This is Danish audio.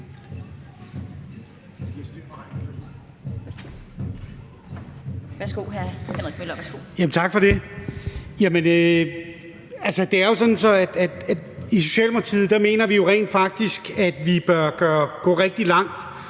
i Socialdemokratiet jo rent faktisk mener, at vi bør gå rigtig langt